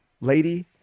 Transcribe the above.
lady